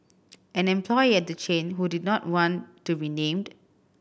an employee at the chain who did not want to be named